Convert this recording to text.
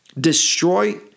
destroy